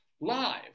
live